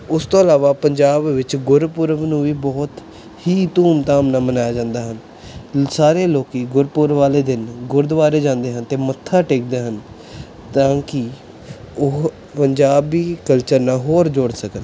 ਉਸ ਤੋਂ ਇਲਾਵਾ ਪੰਜਾਬ ਵਿੱਚ ਗੁਰਪੁਰਬ ਨੂੰ ਵੀ ਬਹੁਤ ਹੀ ਧੂਮਧਾਮ ਨਾਲ ਮਨਾਇਆ ਜਾਂਦਾ ਹੈ ਸਾਰੇ ਲੋਕ ਗੁਰਪੁਰਬ ਵਾਲੇ ਦਿਨ ਗੁਰਦੁਆਰੇ ਜਾਂਦੇ ਹਨ ਅਤੇ ਮੱਥਾ ਟੇਕਦੇ ਹਨ ਤਾਂ ਕਿ ਉਹ ਪੰਜਾਬੀ ਕਲਚਰ ਨਾਲ ਹੋਰ ਜੁੜ ਸਕਣ